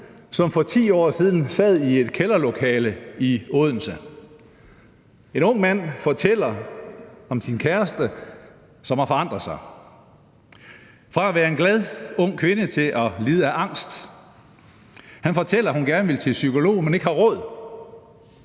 som for 10 år siden sad i et kælderlokale i Odense. En ung mand fortæller om sin kæreste, som har forandret sig fra at være en glad ung kvinde til at lide af angst. Han fortæller, at hun gerne vil til psykolog, men ikke har råd.